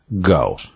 Go